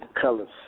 Colors